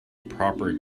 proper